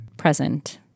present